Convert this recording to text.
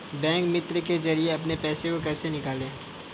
Bank मित्र के जरिए अपने पैसे को कैसे निकालें?